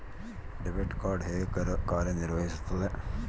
Debit card ಹೇಗೆ ಕಾರ್ಯನಿರ್ವಹಿಸುತ್ತದೆ?